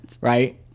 Right